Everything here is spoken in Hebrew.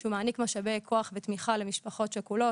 שהוא מעניק משאבי כוח ותמיכה למשפחות שכולות.